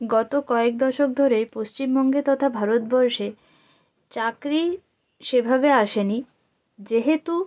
গত কয়েক দশক ধরে পশ্চিমবঙ্গে তথা ভারতবর্ষে চাকরি সেভাবে আসেনি যেহেতু